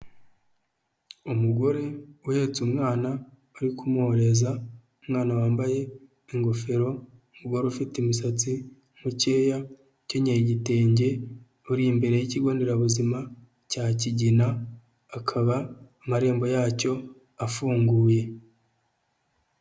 Umugore uhetse umwana uri kumuhoreza umwana wambaye ingofero wari ufite imisatsi nkkeya kin'yeyagitenge uri imbere y'ikigo nderabuzima cya kigina akaba amarembo yacyo afunguye.